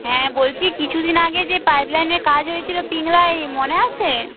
হ্যাঁ বলছি কিছু দিন আগে যে পাইপ লাইনের কাজ হয়েছিল পিংলায় মনে আছে